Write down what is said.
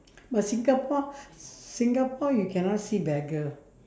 but singapore singapore you cannot see beggar